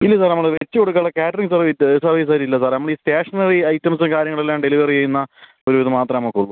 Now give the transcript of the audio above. ഇല്ല സാറേ നമ്മൾ വച്ച് കൊടുക്കാനുള്ള കാറ്ററിംഗ് സർവീസ് സർവീസുകാർ ഇല്ല സാറേ നമ്മൾ ഈ സ്റ്റേഷനറി ഐറ്റംസ് കാര്യങ്ങൾ എല്ലാം ഡെലിവറി ചെയ്യുന്ന ഒരു ഇത് മാത്രമേ നമ്മൾക്കുളളൂ